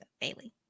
Bailey